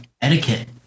etiquette